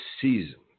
season